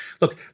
look